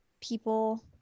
people